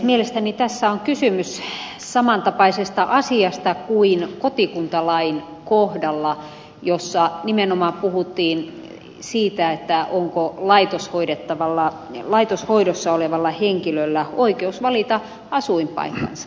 mielestäni tässä on kysymys samantapaisesta asiasta kuin kotikuntalain kohdalla jossa nimenomaan puhuttiin siitä onko laitoshoidossa olevalla henkilöllä oikeus valita asuinpaikkansa